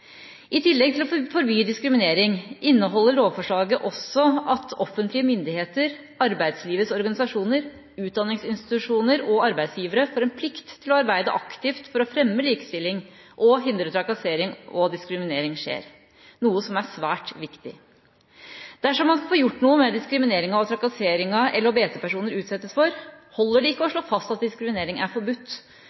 I tillegg til å forby diskriminering inneholder lovforslaget også at offentlige myndigheter, arbeidslivets organisasjoner, utdanningsinstitusjoner og arbeidsgivere får en plikt til å arbeide aktivt for å fremme likestilling og hindre at trakassering og diskriminering skjer – noe som er svært viktig. Dersom man skal få gjort noe med den diskrimineringen og trakasseringen LHBT-personer utsettes for, holder det ikke å slå fast at diskriminering er forbudt.